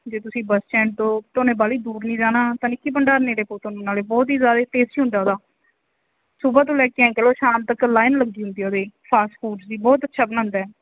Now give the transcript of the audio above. ਜੇ ਤੁਸੀਂ bus stand ਤੋਂ ਤੁਹਾਨੂੰ ਬਾਹਲੀ ਦੂਰ ਨਹੀਂ ਜਾਣਾ ਤਾਂ ਨਿੱਕੀ ਭੰਡਾਰ ਨੇੜੇ ਪਊ ਤੁਹਾਨੂੰ ਨਾਲੇ ਬਹੁਤ ਹੀ ਜ਼ਿਆਦਾ ਟੇਸਟੀ ਹੁੰਦਾ ਗਾ ਉਹਦਾ ਸੁਬਾਹ ਤੋਂ ਲੈ ਕੇ ਐਂ ਕਹਿ ਲਓ ਸ਼ਾਮ ਤੱਕ ਲਾਈਨ ਲੱਗੀ ਹੁੰਦੀ ਉਹਦੇ ਫਾਸਟ ਫੂਡ ਵੀ ਬਹੁਤ ਅੱਛਾ ਬਣਾਉਂਦਾ